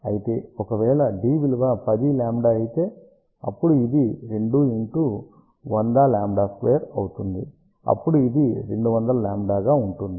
అయితే ఒకవేళ d విలువ 10 λ అయితే అప్పుడు ఇది 2 ఇంటూ 100λ2 అవుతుంది అప్పుడు అది 200λ గా ఉంటుంది